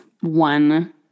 one